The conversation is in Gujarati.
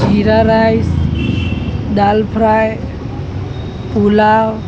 jeera rice dal fry pulao